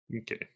Okay